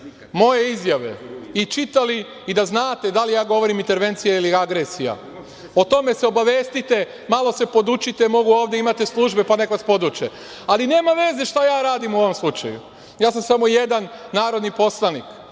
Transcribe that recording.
moje izjave i čitali i da znate da li ja govorim „intervencija“ ili „agresija“. O tome se obavestite, malo se podučite, ovde imate službe, pa nek vas poduče. Ali nema veze šta ja radim u ovom slučaju, ja sam samo jedan narodni poslanik.